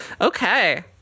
Okay